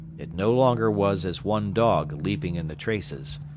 it no longer was as one dog leaping in the traces.